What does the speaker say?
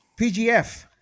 PGF